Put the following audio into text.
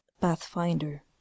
pathfinder